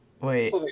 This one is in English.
Wait